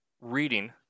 reading